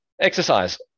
Exercise